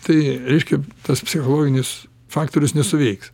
tai reiškia tas psichologinis faktorius nesuveiks